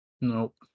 Nope